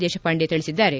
ದೇಶಪಾಂಡೆ ತಿಳಿಸಿದ್ದಾರೆ